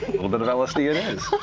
a little bit of lsd it is.